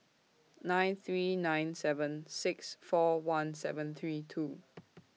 nine three nine seven six four one seven three two